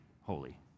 holy